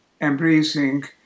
embracing